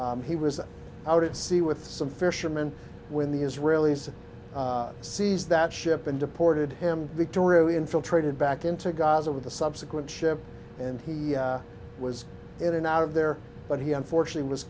he was out at sea with some fisherman when the israelis seize that ship and deported him victorio infiltrated back into gaza with the subsequent ship and he was in and out of there but he unfortunately was